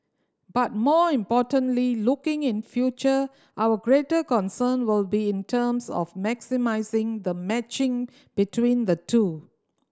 but more importantly looking in future our greater concern will be in terms of maximising the matching between the two